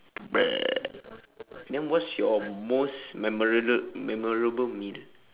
bruh then what's your most memora~ memorable meal